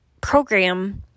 program